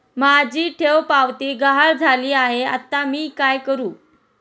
माझी ठेवपावती गहाळ झाली आहे, आता मी काय करु?